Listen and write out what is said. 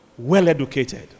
well-educated